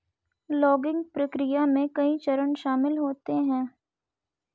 logging प्रक्रिया में कई चरण शामिल होते है